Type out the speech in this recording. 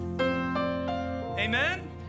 Amen